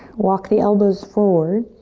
walk the elbows forward.